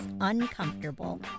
uncomfortable